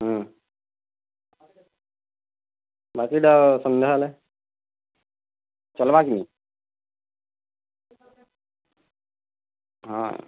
ହଁ ମାର୍କେଟ୍ଟା ସନ୍ଧ୍ୟା ବେଲେ ଚଲ୍ବା କି ନି ହଁ